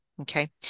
Okay